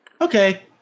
Okay